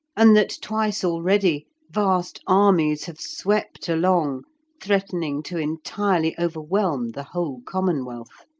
and that twice already vast armies have swept along threatening to entirely overwhelm the whole commonwealth.